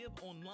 online